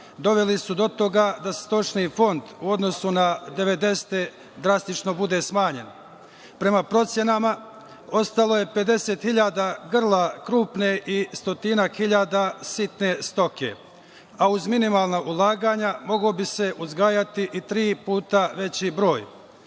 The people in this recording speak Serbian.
doveli su do toga da se stočni fond u odnosu na 90-e drastično bude smanjen. Prema procenama ostalo je 50.000 grla krupne i stotinak hiljada sitne stoke, a uz minimalna ulaganja moglo bi se uzgajati i tri puta veći broj.